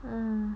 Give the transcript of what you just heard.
um